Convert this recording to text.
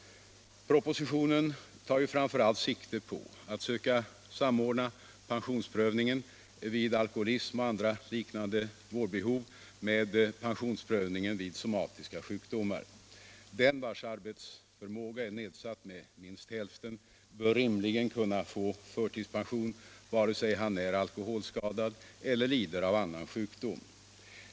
Propositionen tar ju framför allt sikte på att söka samordna pensionsprövningen vid alkoholism och andra liknande vårdbehov med pensionsprövningen vid somatiska sjukdomar. Den vars arbetsförmåga är nedsatt med minst hälften bör rimligen kunna få förtidspension vare sig han är alkoholskadad eller lider av annan sjukdom.